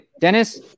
Dennis